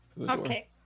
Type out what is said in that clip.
Okay